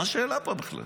מה השאלה פה בכלל?